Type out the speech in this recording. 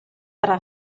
tra